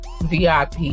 VIP